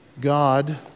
God